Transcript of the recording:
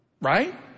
Right